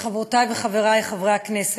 חברותי וחברי חברי הכנסת,